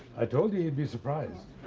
i told you he'd be surprised.